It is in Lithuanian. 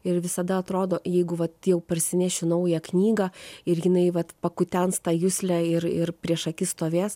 ir visada atrodo jeigu vat jau parsinešiu naują knygą ir jinai vat pakutens tą juslę ir ir priešaky stovės